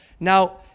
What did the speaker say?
Now